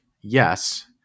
yes